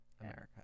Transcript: America